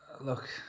look